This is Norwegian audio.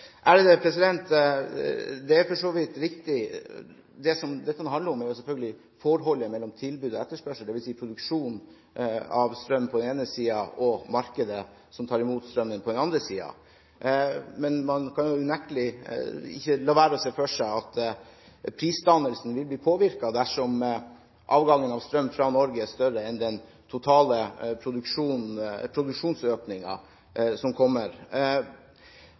Det er for så vidt riktig. Det som dette handler om, er selvfølgelig forholdet mellom tilbud og etterspørsel, dvs. produksjon av strøm på den ene siden og markedet som tar imot strømmen, på den andre siden. Men man kan unektelig ikke la være å se for seg at prisdannelsen vil bli påvirket dersom avgangen av strøm fra Norge er større enn den totale produksjonsøkningen som kommer.